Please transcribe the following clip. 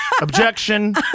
objection